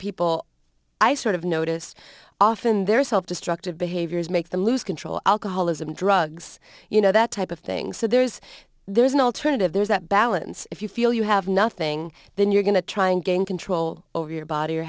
people i sort of noticed off in their self destructive behaviors make them lose control alcoholism drugs you know that type of thing so there's there's no alternative there's that balance if you feel you have nothing then you're going to try and gain control over your body or